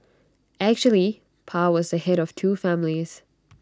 actually pa was the Head of two families